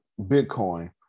Bitcoin